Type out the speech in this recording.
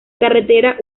carretera